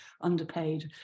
underpaid